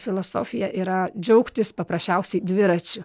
filosofija yra džiaugtis paprasčiausiai dviračiu